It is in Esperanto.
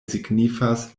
signifas